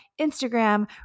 Instagram